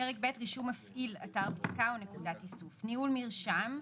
פרק ב': רישום מפעיל אתר בדיקה או נקודת איסוף ניהול מרשם.